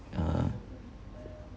uh